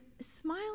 Smile